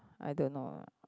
I don't know